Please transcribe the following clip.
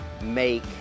make